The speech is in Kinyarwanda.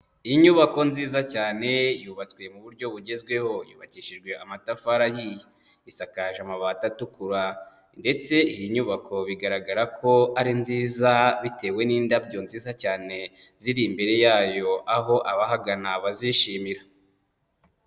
Inyubako nziza cyane yubatswe mu buryo bugezweho, yubakishijwe amatafari isakaje amabati atukura, ndetse iyi nyubako bigaragara ko ari nziza bitewe n'indabyo nziza cyane ziri imbere yayo, aho abahagana bazishimira.